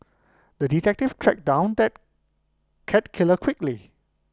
the detective tracked down that cat killer quickly